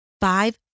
five